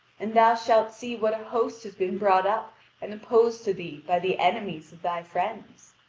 and thou shalt see what a host has been brought up and opposed to thee by the enemies of thy friends.